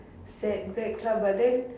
setbacks lah but then